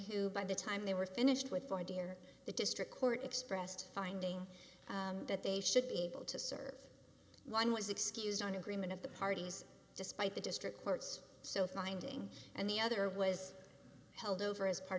who by the time they were finished with the idea that the district court expressed finding that they should be able to serve one was excused on agreement of the parties despite the district courts so finding and the other was held over as part